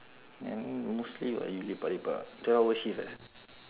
then mostly what you lepak lepak ah twelve hour shift eh